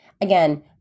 again